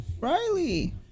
Riley